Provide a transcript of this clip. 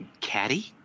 caddy